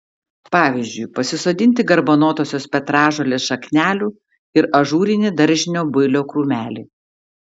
pavyzdžiui pasisodinti garbanotosios petražolės šaknelių ir ažūrinį daržinio builio krūmelį